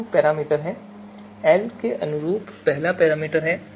तीन पैरामीटर हैं